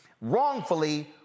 wrongfully